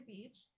Beach